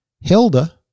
Hilda